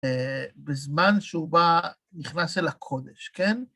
בזמן שהוא בא נכנס אל הקודש, כן?